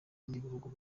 n’ibihugu